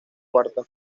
cuarta